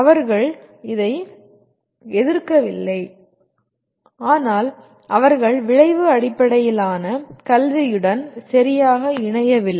அவர்கள் இதை எதிர்க்கவில்லை ஆனால் அவர்கள் விளைவு அடிப்படையிலான கல்வியுடன் சரியாக இணையவில்லை